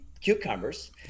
cucumbers